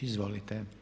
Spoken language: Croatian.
Izvolite.